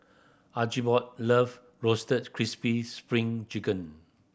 Archibald love Roasted Crispy Spring Chicken